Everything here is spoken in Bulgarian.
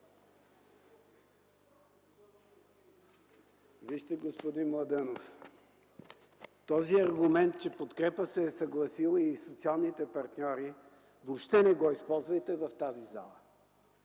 Вижте, господин Младенов – този аргумент, че „Подкрепа” се е съгласила, и социалните партньори, въобще не го използвайте в тази зала.